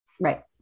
right